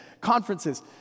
conferences